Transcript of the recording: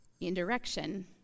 indirection